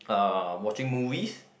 uh watching movies